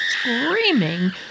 screaming